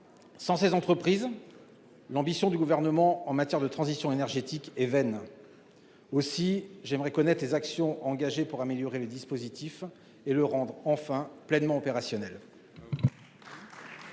sans ces entreprises, l'ambition du Gouvernement en matière de transition énergétique est vaine. Aussi, j'aimerais connaître les actions engagées pour améliorer le dispositif et le rendre, enfin, pleinement opérationnel.